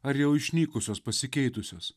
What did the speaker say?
ar jau išnykusios pasikeitusios